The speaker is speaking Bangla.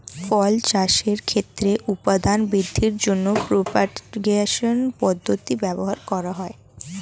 ফল চাষের ক্ষেত্রে উৎপাদন বৃদ্ধির জন্য প্রপাগেশন পদ্ধতি ব্যবহার করা হয়